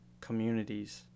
communities